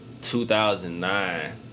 2009